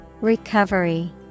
Recovery